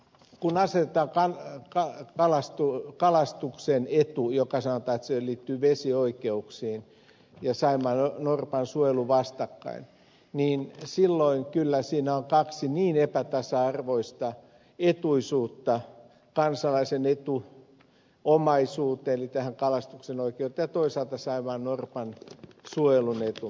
kun asetetaan kalastuksen etu josta sanotaan että se liittyy vesioikeuksiin ja on saimaannorpan suojelu vastakkain niin silloin kyllä siinä on kaksi niin epätasa arvoista etuisuutta kansalaisen etu omaisuuteen eli tähän kalastuksen oikeuteen ja toisaalta saimaannorpan suojelun etu